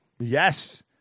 Yes